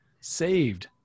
saved